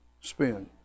Spin